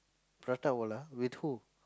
prata-Wala with who